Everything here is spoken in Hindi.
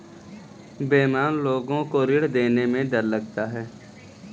बेईमान लोग को ऋण देने में डर लगता है